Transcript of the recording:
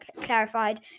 clarified